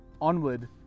onward